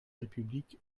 république